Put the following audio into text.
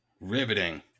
Riveting